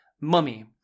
Mummy